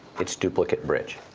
it's duplicate bridge.